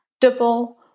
double